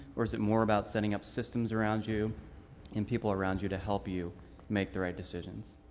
or is it more about setting up systems around you and people around you to help you make the right decisions?